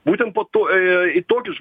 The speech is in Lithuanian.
būtent po to į tokius